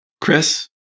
Chris